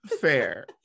fair